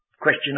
question